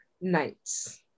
nights